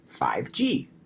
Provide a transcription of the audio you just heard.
5G